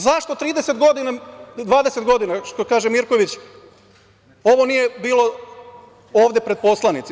Zašto 30 godina, 20 godina što kaže Mirković, ovo nije bilo ovde pred poslanicima?